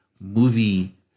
movie